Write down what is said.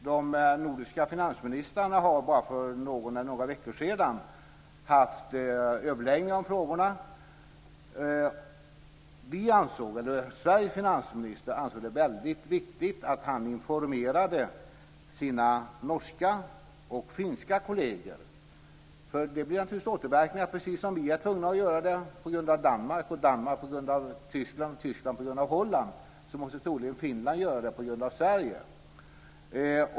De nordiska finansministrarna har bara för några veckor sedan haft överläggningar om frågorna. Sveriges finansminister ansåg det väldigt viktigt att han informerade sina norska och finska kolleger, för detta får naturligtvis återverkningar. Precis som vi är tvungna att göra detta på grund av Danmark och Danmark på grund av Tyskland och Tyskland på grund Holland måste troligen Finland göra det på grund Sverige.